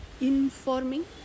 informing